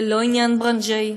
זה לא עניין ברנז'אי,